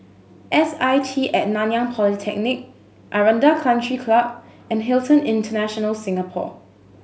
S I T and Nanyang Polytechnic Aranda Country Club and Hilton International Singapore